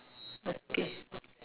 okay